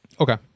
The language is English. Okay